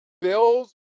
Bill's